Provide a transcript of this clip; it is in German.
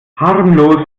harmlose